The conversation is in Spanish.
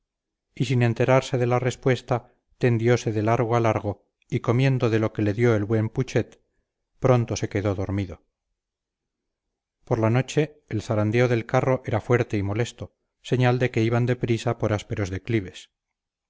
y sin enterarse de la respuesta tendiose de largo a largo y comiendo de lo que le dio el buen putxet pronto se quedó dormido por la noche el zarandeo del carro era fuerte y molesto señal de